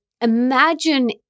imagine